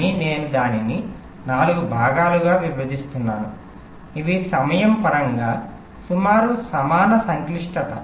కానీ నేను దానిని నాలుగు భాగాలుగా విభజిస్తున్నాను ఇవి సమయం పరంగా సుమారు సమాన సంక్లిష్టత